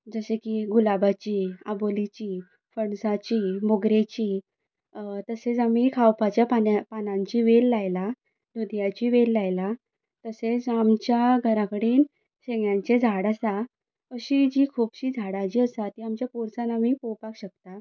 जशें की गुलाबाचीं आबोलीचीं पणसाची मोगरेची तशेंच आमी खावपाच्या पानांची वेल लायला दुद्याची वेल लायला तशेंच आमच्या घरा कडेन शेंग्यांचें झाड आसा अशीं जीं खुबशीं झाडां जीं आसा तीं आमच्या पोरसांत आमी पोवपाक शकता